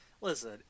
listen